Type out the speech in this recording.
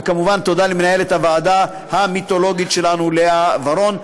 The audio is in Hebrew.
וכמובן תודה למנהלת הוועדה המיתולוגית שלנו לאה ורון.